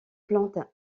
plantes